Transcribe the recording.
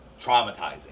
traumatizing